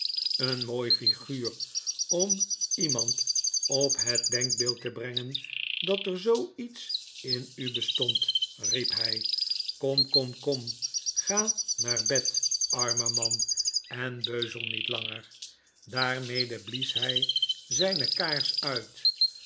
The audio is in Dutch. een mooi flguur om iemand op het denkbeeld te brengen dat er zoo iets in u bestond riep hy kom kom kom ga naar bed arme man en beuzel niet langer daarmede blies hij zyne kaars uit